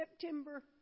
September